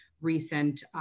recent